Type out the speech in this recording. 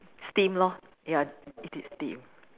steam lor ya it is steam